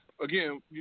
Again